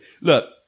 Look